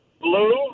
Blue